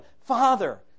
Father